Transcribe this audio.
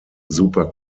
super